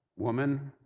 woman,